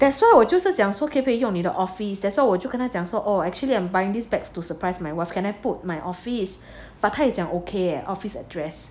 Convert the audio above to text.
that's why 我就是讲说可不可以用你的 office that's why 我就跟他讲说 orh actually I'm buying these bags to surprise my wife can I put my office but 他也讲 okay office address